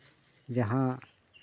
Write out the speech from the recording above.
ᱡᱟᱦᱟᱸ